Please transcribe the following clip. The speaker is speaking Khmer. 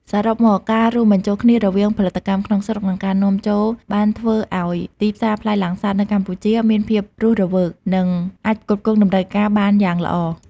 សរុបមកការរួមបញ្ចូលគ្នារវាងផលិតកម្មក្នុងស្រុក និងការនាំចូលបានធ្វើឲ្យទីផ្សារផ្លែលាំងសាតនៅកម្ពុជាមានភាពរស់រវើក និងអាចផ្គត់ផ្គង់តម្រូវការបានយ៉ាងល្អ។